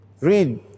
Read